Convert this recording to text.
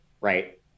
right